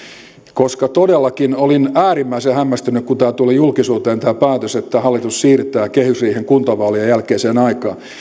koska todellakin olin äärimmäisen hämmästynyt kun tuli julkisuuteen tämä päätös että hallitus siirtää kehysriihen kuntavaalien jälkeiseen aikaan